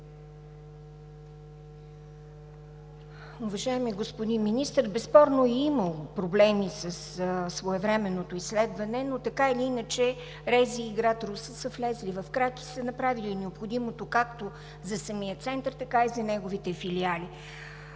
Уважаеми господин Министър, безспорно е имало проблеми със своевременното изследване, но така или иначе РЗИ – град Русе, са влезли в крак и са направили необходимото както за самия Център, така и за неговите филиали.